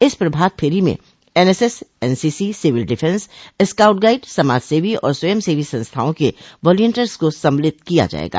इस प्रभात फेरी में NSS NCC civil defence scout guide समाजसेवी और स्वयंसेवी संस्थाओं के वलटिंयर्स को सम्मिलित किया जायेगा